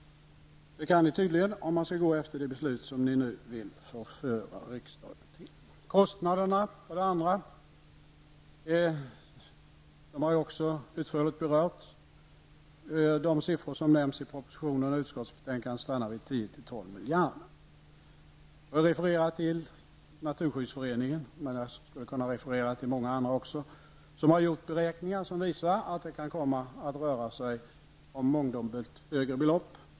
Det kan ni tydligen, om man skall gå efter det beslut som ni nu vill förföra riksdagen till. Kostnaderna har också berörts utförligt tidigare. De siffror som nämns i propositionen och i utskottsbetänkandet stannar vid 10--12 miljarder. Jag refererar till Naturskyddsföreningen -- jag skulle kunna referera till många andra -- som har gjort beräkningar vilka visar att det kan komma att röra sig om mångdubbelt så stora belopp.